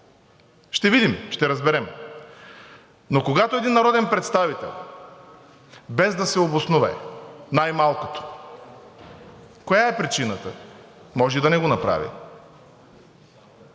Ще видим. Ще разберем. Но когато един народен представител, без да се обоснове най малкото коя е причината – може и да не го направи